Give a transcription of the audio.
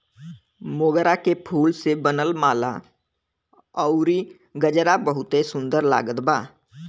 मोगरा के फूल से बनल माला अउरी गजरा बहुते सुन्दर लागत बा